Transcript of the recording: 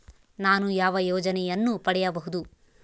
ನಾನು ಯಾವ ಯೋಜನೆಯನ್ನು ಪಡೆಯಬಹುದು?